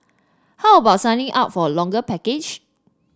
how about signing up for a longer package